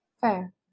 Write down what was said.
Fair